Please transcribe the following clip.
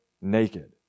naked